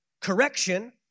Correction